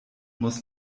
muss